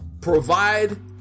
provide